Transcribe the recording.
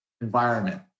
environment